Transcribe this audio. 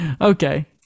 Okay